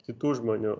kitų žmonių